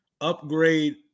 upgrade